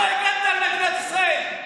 אתה הגנת על מדינת ישראל?